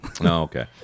Okay